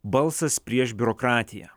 balsas prieš biurokratiją